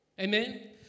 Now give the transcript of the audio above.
Amen